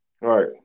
Right